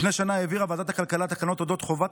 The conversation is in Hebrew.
לפני שנה העבירה ועדת הכלכלה תקנות על חובת